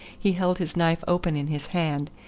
he held his knife open in his hand,